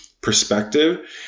perspective